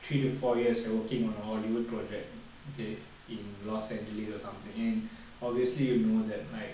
three to four years you are working on a hollywood project okay in los angeles or something and obviously you know that like